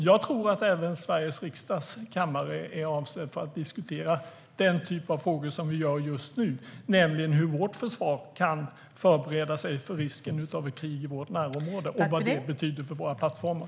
Jag tror att även Sveriges riksdags kammare är avsedd för att diskutera den typ av frågor som vi diskuterar just nu, nämligen hur vårt försvar kan förbereda sig för risken av ett krig i vårt närområde och vad det betyder för våra plattformar.